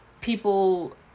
people